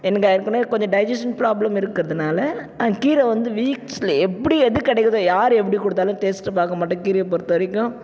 எனக்கு ஏற்கனவே கொஞ்சம் டைஜிஷன் ப்ராப்ளம் இருக்கிறதுனால கீரை வந்து வீக்ஸ்லி எப்படி எது கிடைக்குதோ யாரு எப்படி கொடுத்தாலும் டேஸ்ட்டு பார்க்க மாட்டேன் கீரையை பொறுத்தவரைக்கும்